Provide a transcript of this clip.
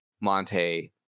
monte